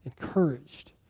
encouraged